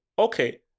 okay